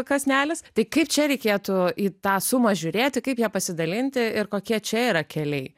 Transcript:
kasnelis tai kaip čia reikėtų į tą sumą žiūrėti kaip ja pasidalinti ir kokie čia yra keliai